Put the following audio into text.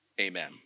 amen